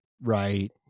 right